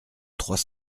trois